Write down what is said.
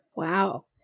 Wow